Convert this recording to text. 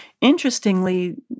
Interestingly